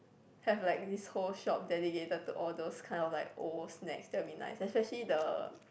have like this whole shop dedicated to all those kind of like old snacks that'll be nice especially the